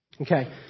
Okay